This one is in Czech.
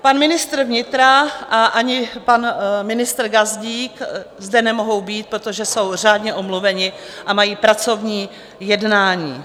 Pan ministr vnitra a ani pan ministr Gazdík zde nemohou být, protože jsou řádně omluveni a mají pracovní jednání.